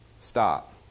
stop